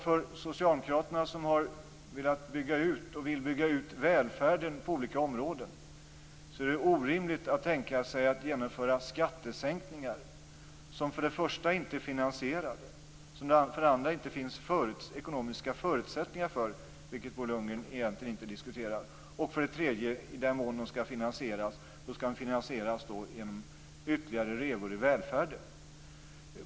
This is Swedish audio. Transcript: För Socialdemokraterna, som vill bygga ut välfärden på olika områden, är det orimligt att tänka sig att genomföra skattesänkningar som för det första inte är finansierade, som det för det andra inte finns ekonomiska förutsättningar för, vilket Bo Lundgren egentligen inte diskuterar, och som för det tredje, i den mån de skall finansieras, skall finansieras genom ytterligare revor i välfärden.